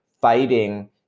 fighting